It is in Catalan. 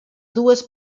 dues